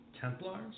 Templars